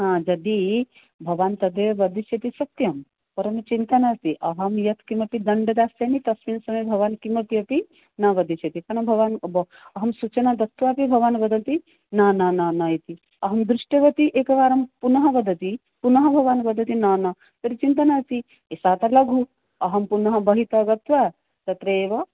हा यदि भवान् तदेव वदिष्यति सत्यं परन्तु चिन्ता नास्ति अहं यत् किमपि दण्डं दास्यामि तस्मिन् समये भवान् किं किमपि अपि न वदिष्यति अनु भवान् अहं सूचनां दत्वा अपि भवान् वदन्ति न न नन इति अहं दृष्टवती एकवारं पुनः वदति पुनः भवान् वदति न न तर्हि चिन्ता नास्ति सः तु लघुः अहं पुनः बहितः गत्वा तत्रेव